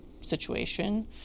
situation